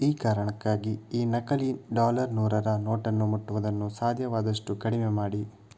ಈ ಕಾರಣಕ್ಕಾಗಿ ಈ ನಕಲಿ ಡಾಲರ್ ನೂರರ ನೋಟನ್ನು ಮುಟ್ಟುವುದನ್ನು ಸಾಧ್ಯವಾದಷ್ಟು ಕಡಿಮೆ ಮಾಡಿ